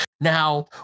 Now